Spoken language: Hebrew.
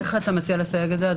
איך אתה מציע לסייג את זה?